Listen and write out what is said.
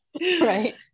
Right